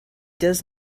does